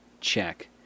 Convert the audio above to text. Check